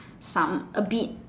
some a bit